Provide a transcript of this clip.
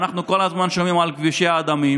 אנחנו כל הזמן שומעים על כבישי הדמים,